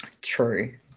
true